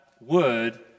word